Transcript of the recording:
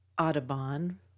Audubon